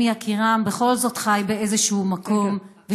אם יקירם בכל זאת חי באיזשהו מקום,